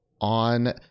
on